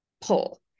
pull